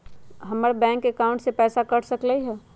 हमर bank account से पैसा कट सकलइ ह?